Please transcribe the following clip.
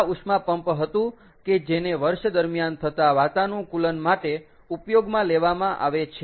આ ઉષ્મા પંપ હતું કે જેને વર્ષ દરમ્યાન થતા વાતાનુકૂલન માટે ઉપયોગમાં લેવામાં આવે છે